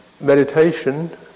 meditation